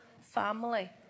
family